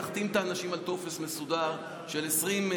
תחתים את האנשים על טופס מסודר של 20,